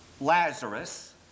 Lazarus